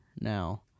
now